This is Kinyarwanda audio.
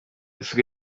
isuku